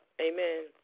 Amen